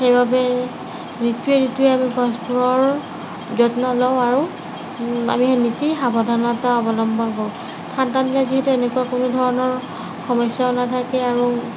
সেইবাবে ঋতুৱে ঋতুৱে আমি গছবোৰৰ যত্ন লওঁ আৰু আমি নিজেই সাৱধানতা অৱলম্বন কৰোঁ ঠাণ্ডা দিনত যিহেতু এনেকুৱা কোনো ধৰণৰ সমস্য়াও নাথাকে আৰু